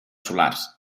solars